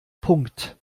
punkt